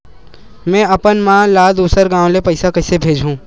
में अपन मा ला दुसर गांव से पईसा कइसे भेजहु?